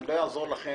לא יעזור לכם.